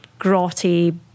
grotty